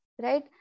Right